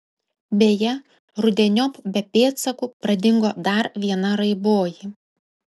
beje rudeniop be pėdsakų pradingo dar viena raiboji